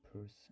person